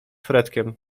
fredkiem